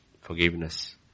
Forgiveness